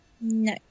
No